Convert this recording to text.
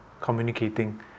communicating